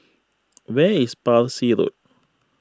where is Parsi Road